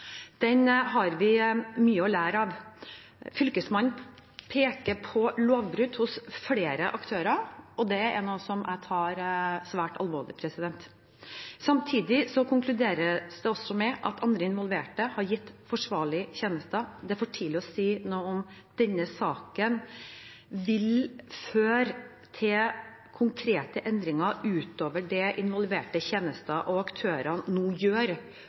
Den har vi mye å lære av. Fylkesmannen peker på lovbrudd hos flere aktører, og det er noe som jeg tar svært alvorlig. Samtidig konkluderes det med at andre involverte har gitt forsvarlige tjenester. Det er for tidlig å si om denne saken vil føre til konkrete endringer utover det som involverte tjenester og aktører nå gjør